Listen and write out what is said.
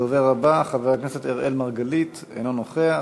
הדובר הבא, חבר הכנסת אראל מרגלית, אינו נוכח,